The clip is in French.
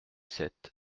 sept